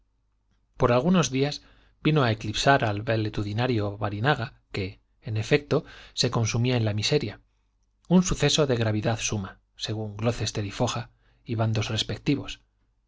por algunos días vino a eclipsar al valetudinario barinaga que en efecto se consumía en la miseria un suceso de gravedad suma según glocester y foja y bandos respectivos